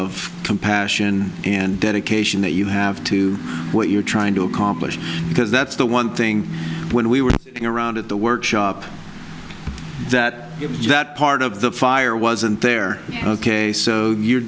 of compassion and dedication that you have to what you're trying to accomplish because that's the one thing when we were around at the workshop that if that part of the fire wasn't there ok so you're